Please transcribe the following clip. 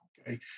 okay